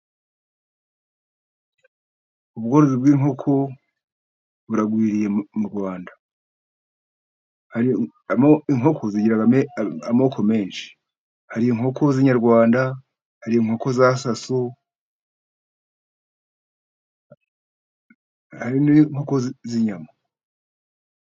Ubworozi bw'inkoko buragwiriye mu Rwanda. Inkoko zigira amoko menshi. Hari inkoko z'inyarwanda ,hari inkoko za saso, hari n'inkoko z'inyama.